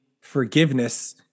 forgiveness